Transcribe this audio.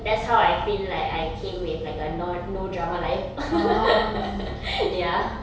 that's how I feel like I came with like a non~ no drama life ya